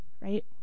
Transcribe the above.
right